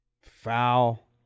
Foul